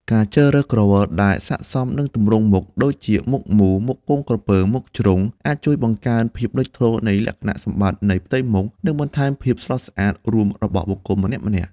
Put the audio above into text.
ការជ្រើសរើសក្រវិលដែលស័ក្តិសមនឹងទម្រង់មុខ (ដូចជាមុខមូល មុខពងក្រពើ មុខជ្រុង) អាចជួយបង្កើនភាពលេចធ្លោនៃលក្ខណៈសម្បត្តិនៃផ្ទៃមុខ និងបន្ថែមភាពស្រស់ស្អាតរួមរបស់បុគ្គលម្នាក់ៗ។